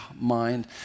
mind